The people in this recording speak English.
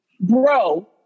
bro